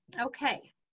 okay